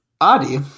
Adi